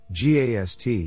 gast